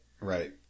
right